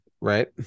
Right